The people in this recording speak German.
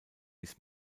ist